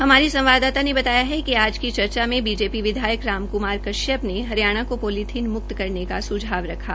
हमारी संवाददाता ने बताया कि आज की चर्चा मे बीजेपी विधायक राम कुमार कश्यप ने हरियाणा को पालीथीन मुक्त करने का सुझाव रखा